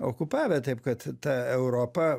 okupavę taip kad ta europa